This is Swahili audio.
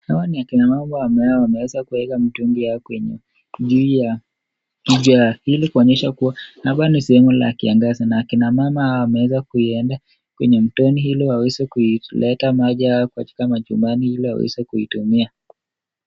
Hawa ni akina mama ambaye wameweza kuweka mitungi yao kwenye, ajili ya, nje ya hili, kuonyesha kuwa labda ni sehemu la kiangazi na kina mama hawa wameweza kuienda kwenye mtoni, ili waweze kuileta maji yao katika majumbani ili waweze kuitumia.